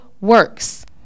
works